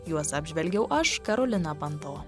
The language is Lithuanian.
juos apžvelgiau aš karolina panto